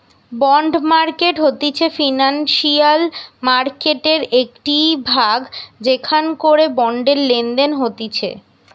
bond market হতিছে financial মার্কেটের একটিই ভাগ যেখান করে বন্ডের লেনদেন হতিছে